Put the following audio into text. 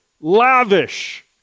lavish